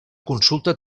consulta